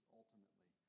ultimately